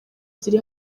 ziri